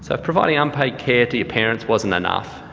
so if providing unpaid care to your parents wasn't enough,